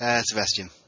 Sebastian